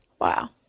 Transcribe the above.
Wow